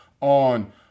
on